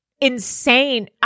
insane